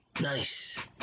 Nice